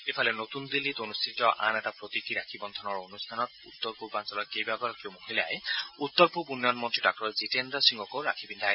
ইফালে নতুন দিল্লীত অনুষ্ঠিত আন এটা প্ৰতীকি ৰাখী বন্ধনৰ অনুষ্ঠানত উত্তৰ পূৰ্বাঞ্চলৰ কেইবাগৰাকীও মহিলাই উত্তৰ পূব উন্নয়ন মন্ত্ৰী ডাঃ জীতেন্দ্ৰ সিঙকো ৰাখী পিন্ধায়